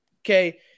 Okay